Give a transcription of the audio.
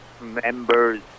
members